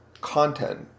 content